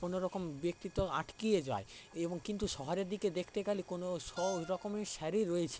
কোনো রকম ব্যক্তিত্ব আটকিয়ে যায় এবং কিন্তু শহরের দিকে দেখতে গেলে কোনো সব ওই রকমই স্যারই রয়েছে